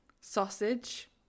sausage